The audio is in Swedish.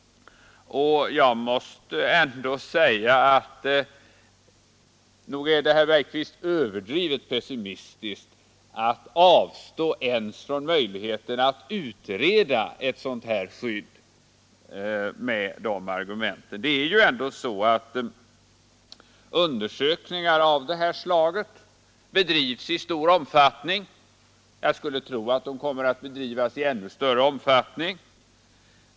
Jag måste ändå säga, herr Bergqvist, att det är överdrivet pessimistiskt att man med dessa argument inte ens vill pröva möjligheten att utreda frågan om ett sådant här skydd. Undersökningar av det här slaget bedrivs i stor omfattning, och jag skulle tro att de i framtiden kommer att bedrivas i ännu större omfattning.